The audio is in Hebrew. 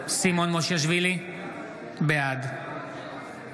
מושיאשוילי, בעד